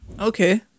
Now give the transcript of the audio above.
Okay